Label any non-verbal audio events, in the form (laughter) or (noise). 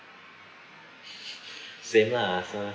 (breath) same lah